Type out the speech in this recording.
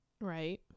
Right